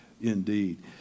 indeed